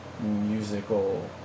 musical